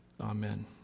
Amen